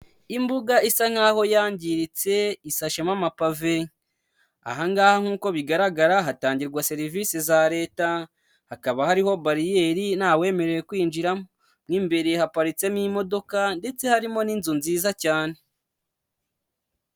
Imbuga isa nk'aho yangiritse isashema amapave, aha ngaha nk'uko bigaragara hatangirwa serivisi za Leta, hakaba hariho bariyeri, ntawemerewe kwinjiramo, mo imbere haparitsemo imodoka ndetse harimo n'inzu nziza cyane.